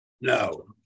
No